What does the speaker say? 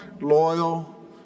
Loyal